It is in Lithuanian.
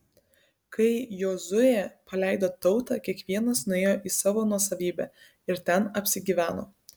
kai jozuė paleido tautą kiekvienas nuėjo į savo nuosavybę ir ten apsigyveno